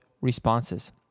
responses